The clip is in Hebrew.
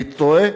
אני טועה?